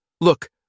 Look